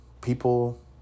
People